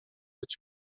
być